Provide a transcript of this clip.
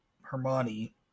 Hermione